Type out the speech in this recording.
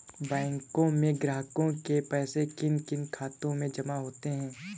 बैंकों में ग्राहकों के पैसे किन किन खातों में जमा होते हैं?